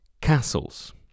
castles